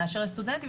נאשר לסטודנטים,